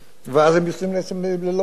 ואז הם יוצאים בעצם ללא פנסיה,